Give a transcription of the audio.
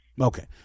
Okay